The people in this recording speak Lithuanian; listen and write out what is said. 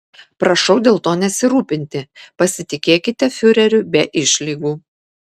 prašau dėl to nesirūpinti pasitikėkite fiureriu be išlygų